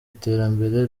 iterambere